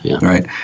right